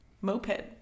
moped